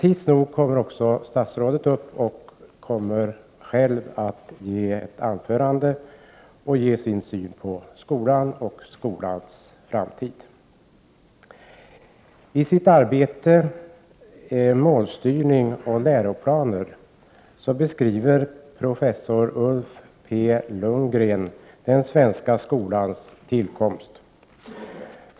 Tids nog kommer emellertid statsrådet själv att hålla ett anförande och då ge sin syn på skolan och dess framtid. I sitt arbete Målstyrning och Läroplaner beskriver professor Ulf P. Lundgren den svenska skolans tillkomst.